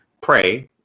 pray